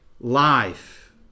life